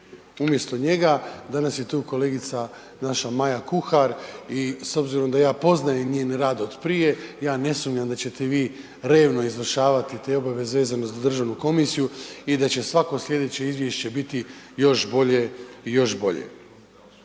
Umjesto njega danas je tu kolegica naša Maja Kuhar i s obzirom da ja poznajem njen rad od prije, ja ne sumnjam da ćete vi revno izvršavati te obaveze vezano za državnu komisiju i da će svako slijedeće izvješće biti još bolje i još bolje.